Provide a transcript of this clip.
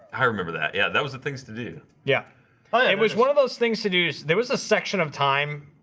i remember that yeah, that was the things to do yeah i and was one of those things to do there was a section of time